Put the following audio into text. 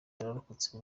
yarokotse